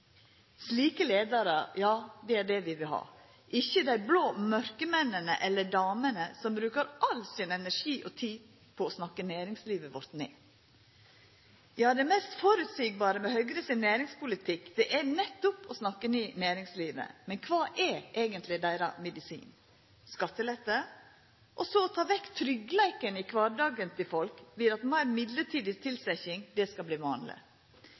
Slike leiarar vil vi ha, ikkje dei blå mørkemennene eller -damene som brukar all sin energi og all si tid på å snakka næringslivet vårt ned. Det mest føreseielege med Høgre sin næringspolitikk er nettopp å snakka ned næringslivet, men kva er eigentleg deira medisin? Er det skattelette – og så ta vekk tryggleiken i kvardagen til folk ved at meir mellombels tilsetjing skal verta vanleg?